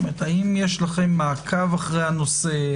האם יש לכם מעקב אחר הנושא?